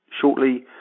shortly